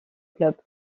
club